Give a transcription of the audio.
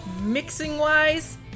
Mixing-wise